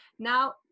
Now